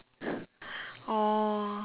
oh